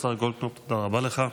השר גולדקנופ, תודה רבה לך.